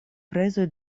prezoj